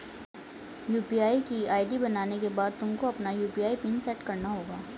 UPI की ID बनाने के बाद तुमको अपना यू.पी.आई पिन सैट करना होगा